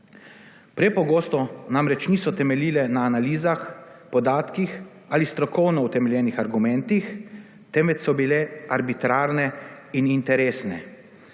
Prepogosto namreč niso temeljile na analizah, podatkih ali strokovno utemeljenih argumentih, temveč so bile arbitrarne in interesne.